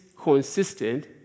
consistent